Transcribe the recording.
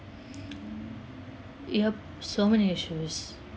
yup so many issues